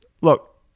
look